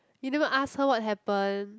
you never ask her what happen